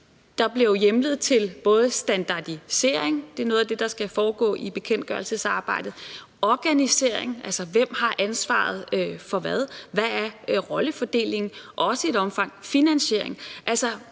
Der bliver jo hjemlet til både standardisering, som er noget af det, der skal foregå i bekendtgørelsesarbejdet, organisering, altså spørgsmålet om, hvem der har ansvaret for hvad, og hvad rollefordelingen er, og også i et omfang finansieringen.